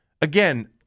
Again